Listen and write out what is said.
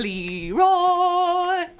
Leroy